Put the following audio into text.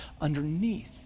underneath